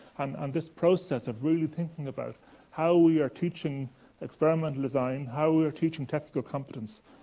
and and this process of really thinking about how we are teaching experimental design, how we are teaching technical competence.